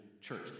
church